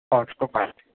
اور اس کو